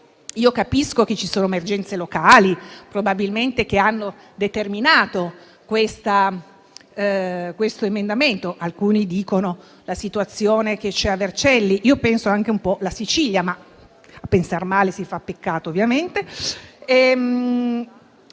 Capisco che ci sono emergenze locali che probabilmente hanno determinato questo emendamento; alcuni parlano della situazione presente a Vercelli, e io penso anche un po' alla Sicilia, ma a pensar male si fa peccato ovviamente.